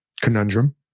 conundrum